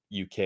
UK